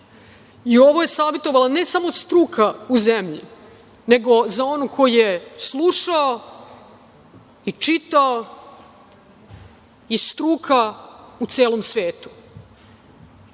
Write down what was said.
i ovo je savetovala, ne samo struka u zemlji, nego za onog ko je slušao i čitao i struka u celom svetu,